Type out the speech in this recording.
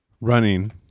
Running